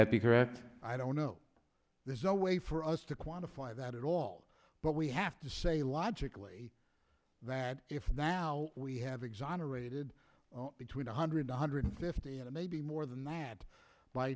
that be correct i don't know there's no way for us to quantify that at all but we have to say logically that if now we have exonerated between one hundred one hundred fifty maybe more than that by